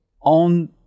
on